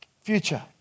future